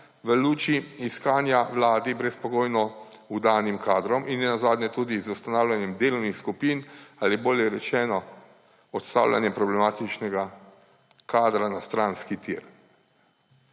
v luči iskanja vladi brezpogojno vdanih kadrov, in nenazadnje tudi z ustanavljanjem delovnih skupin ali, bolje rečeno, odstavljanjem problematičnega kadra na stranski tir.